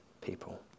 people